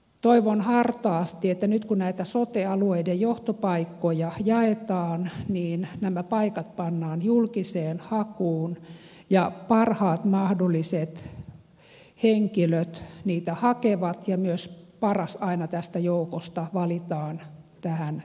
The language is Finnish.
toivon hartaasti että nyt kun näitä sote alueiden johtopaikkoja jaetaan nämä paikat pannaan julkiseen hakuun ja parhaat mahdolliset henkilöt niitä hakevat ja myös parhaat aina tästä joukosta valitaan näihin tehtäviin